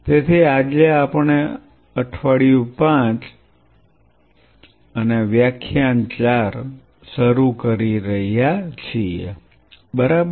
તેથી આજે આપણે આપણું અઠવાડિયું 5 અને વ્યાખ્યાન 4 W 5 L 4 શરૂ કરી રહ્યા છીએ બરાબર